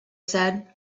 said